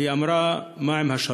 היא אמרה: מה עם השלום?